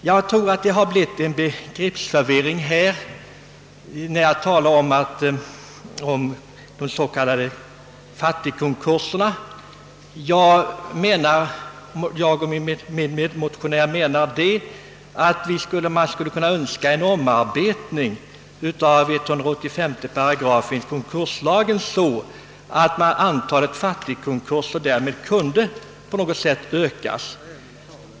Jag tror att det blivit en begreppsförvirring härvidlag. När jag och min medmotionär yttrat oss om de s.k. fattigkonkurserna har vi menat att det vore önskvärt med en omarbetning av 185 § i konkurslagen, så att ett ökat antal konkurser kunde inrymmas i begreppet fattigkonkurs.